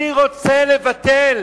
אני רוצה לבטל